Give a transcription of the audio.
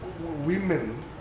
women